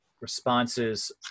responses